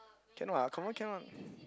can what confirm can one